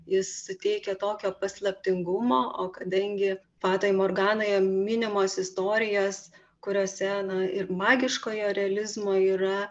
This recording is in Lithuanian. jis suteikia tokio paslaptingumo o kadangi fatoj morganoje minimos istorijos kuriose na ir magiškojo realizmo yra